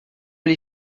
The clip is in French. les